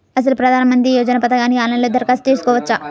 అసలు ప్రధాన మంత్రి యోజన పథకానికి ఆన్లైన్లో దరఖాస్తు చేసుకోవచ్చా?